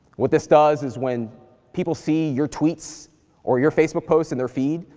what this does is when people see your tweets or your facebook posts in their feed,